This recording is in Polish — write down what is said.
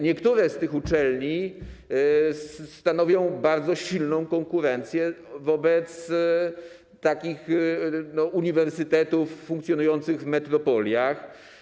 Niektóre z tych uczelni stanowią bardzo silną konkurencję wobec uniwersytetów funkcjonujących w metropoliach.